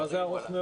מה זה ארוך מאוד?